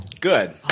good